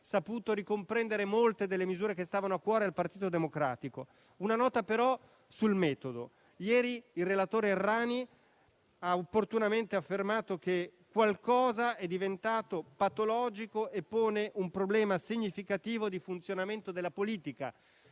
saputo ricomprendere molte delle misure che stavano a cuore al Partito Democratico. Una nota però sul metodo: ieri il relatore Errani ha opportunamente affermato che qualcosa è diventato patologico e pone un problema significativo di funzionamento della politica